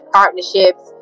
partnerships